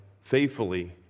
faithfully